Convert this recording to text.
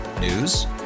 News